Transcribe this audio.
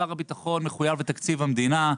שר הביטחון מחויב לתקציב המדינה,